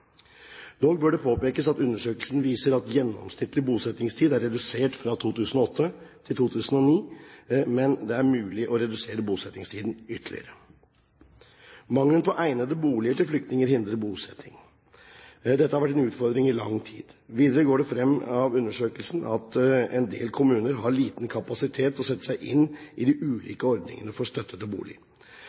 Dog bør det påpekes at undersøkelsen viser at gjennomsnittlig bosettingstid er redusert fra 2008 til 2009, men det er mulig å redusere bosettingstiden ytterligere. Mangelen på egnede boliger til flyktningene hindrer bosetting. Dette har vært en utfordring i lang tid. Videre går det frem av undersøkelsen at en del kommuner har liten kapasitet til å sette seg inn i de ulike ordningene for støtte til bolig.